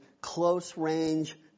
close-range